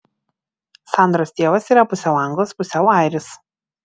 sandros tėvas yra pusiau anglas pusiau airis